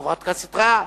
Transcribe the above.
חברת כנסת רעה,